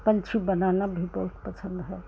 पंछी बनाना भी बहुत पसंद है